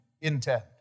intend